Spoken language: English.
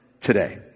today